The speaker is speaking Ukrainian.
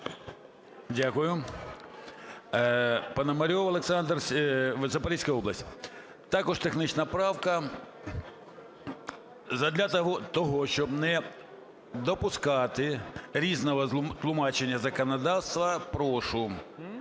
Дякую. Пономарьов Олександр, Запорізька область. Також технічна правка. Задля того, щоб не допускати різного тлумачення законодавства прошу